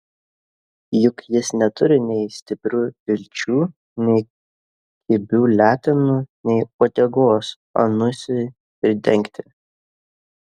juk jis neturi nei stiprių ilčių nei kibių letenų nei uodegos anusui pridengti